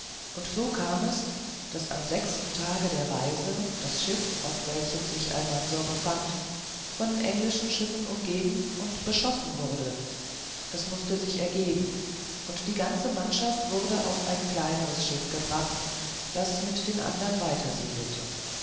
und so kam es daß am sechsten tage der reise das schiff auf welchem sich almansor befand von englischen schiffen umgeben und beschossen wurde es mußte sich ergeben und die ganze mannschaft wurde auf ein kleineres schiff gebracht das mit den andern